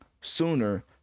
sooner